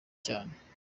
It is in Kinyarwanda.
cyane